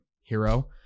hero